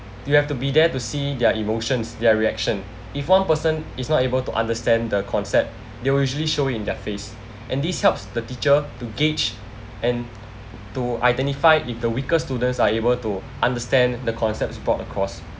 you have to be there to see their emotions their reaction if one person is not able to understand the concept they will usually show it in their face and this helps the teacher to gauge and to identify if the weaker students are able to understand the concepts brought across